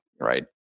right